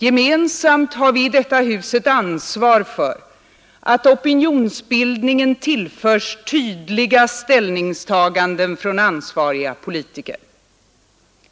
Gemensamt har vi i detta hus ett ansvar för att opinionsbildningen tillförs tydliga ställningstaganden från ansvariga politiker.